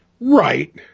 Right